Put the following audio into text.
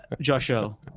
joshua